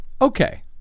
Okay